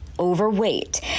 overweight